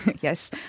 Yes